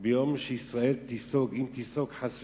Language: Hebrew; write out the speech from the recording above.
ביום שישראל תיסוג, אם היא תיסוג, חס ושלום,